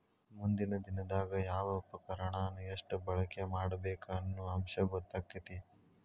ಮುಂದಿನ ದಿನದಾಗ ಯಾವ ಉಪಕರಣಾನ ಎಷ್ಟ ಬಳಕೆ ಮಾಡಬೇಕ ಅನ್ನು ಅಂಶ ಗೊತ್ತಕ್ಕತಿ